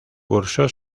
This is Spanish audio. cursó